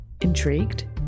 Intrigued